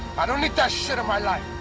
i don't need that shit in my life.